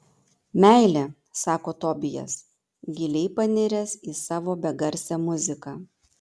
meilė sako tobijas giliai paniręs į savo begarsę muziką